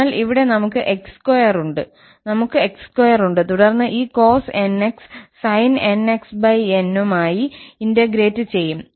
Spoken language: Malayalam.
അതിനാൽ ഇവിടെ നമുക്ക് 𝑥2 ഉണ്ട് നമുക്ക് 𝑥2 ഉണ്ട് തുടർന്ന് ഈ cos 𝑛𝑥 sin 𝑛𝑥𝑛 ഉം ആയി ഇന്റഗ്രേറ്റ് ചെയ്യും